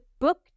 book